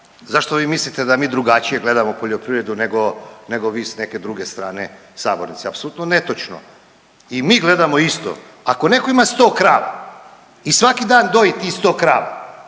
Zašto vi mislite da mi drugačije gledamo poljoprivredu nego vi s neke druge strane sabornice? Apsolutno netočno. I mi gledamo isto. Ako netko ima sto krava i svaki dan doji tih sto krava